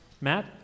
Matt